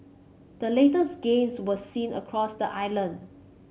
the latest gains was seen across the island